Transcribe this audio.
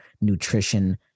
nutrition